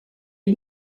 est